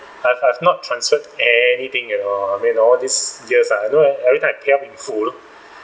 I've I've not transferred anything you know I mean all these years lah I don't know leh every time I pay up in full